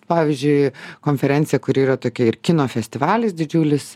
pavyzdžiui konferencija kuri yra tokia ir kino festivalis didžiulis